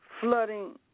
flooding